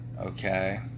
Okay